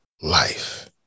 life